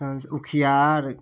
उखियार